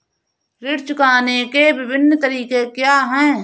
ऋण चुकाने के विभिन्न तरीके क्या हैं?